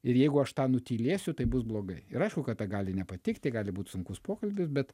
ir jeigu aš tą nutylėsiu tai bus blogai ir aišku kad ta gali nepatikti gali būt sunkus pokalbis bet